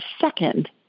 second